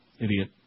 Idiot